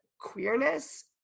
queerness